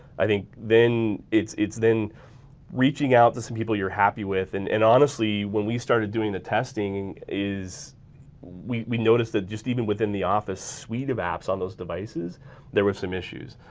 i think then it's it's then reaching out to some people you're happy with and and honestly when we started doing the testing is we we noticed that just even within the office suite of apps on those devices there were some issues.